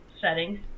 settings